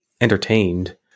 entertained